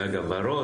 הגג הוורוד,